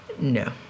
No